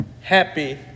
Happy